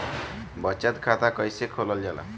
बचत खाता कइसे खोलल जाला?